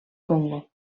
congo